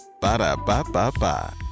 Ba-da-ba-ba-ba